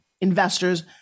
investors